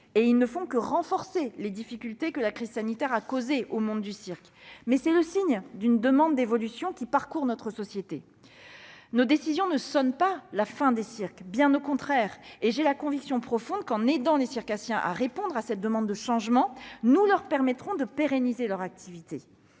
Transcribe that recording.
et ils ne font que renforcer les difficultés que la crise sanitaire a causées au monde du cirque. Mais c'est le signe d'une demande d'évolution qui parcourt notre société. Nos décisions ne sonnent pas, tant s'en faut, la fin des cirques. J'ai la conviction profonde qu'en aidant les circassiens à répondre à cette demande de changement, nous leur permettrons de pérenniser leur activité.